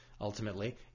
ultimately